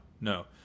no